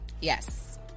Yes